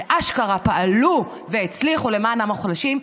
שאשכרה פעלו והצליחו למען המוחלשים,